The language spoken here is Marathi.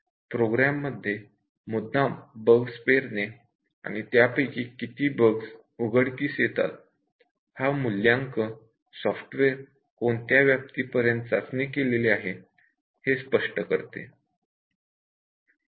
प्रोग्राम मध्ये मुद्दाम बग्स वाढविणे आणि त्यापैकी किती बग्स उघडकीस येतात हा मूल्यांक सॉफ्टवेअर कोणत्या व्याप्तीपर्यंत टेस्टिंग केलेले आहे हे स्पष्ट करते